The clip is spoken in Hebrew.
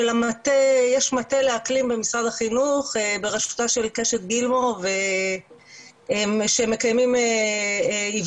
שיש מטה לאקלים במשרד החינוך בראשותה של קשת גילמור שמקיימים היוועצות